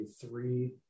three